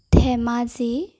Dhemaji